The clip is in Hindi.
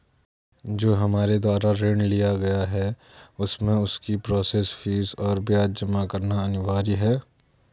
जो हमारे द्वारा ऋण लिया गया है उसमें उसकी प्रोसेस फीस और ब्याज जमा करना अनिवार्य है?